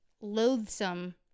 loathsome